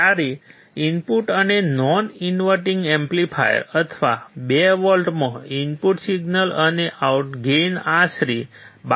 જ્યારે ઇન્વર્ટીંગ અને non inverting amplifier અથવા 2 વોલ્ટમાં ઇનપુટ સિગ્નલ અને ગેઇન આશરે 12 છે